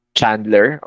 Chandler